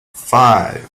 five